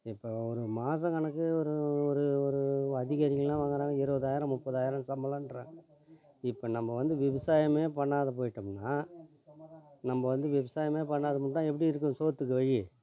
இப்போ ஒரு மாசம் கணக்கு ஒரு ஒரு ஒரு அதிகாரிங்கள்லாம் வாங்கிறாங்க இருபதாயிரம் முப்பதாயிரம் சம்பளம்றாங்க இப்போ நம்ம வந்து விவசாயமே பண்ணாத போயிட்டமுன்னா நம்ம வந்து விவசாயமே பண்ணாதவிட்டா எப்படி இருக்கும் சோற்றுக்கு வழி